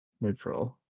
Neutral